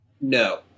No